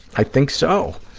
i think so.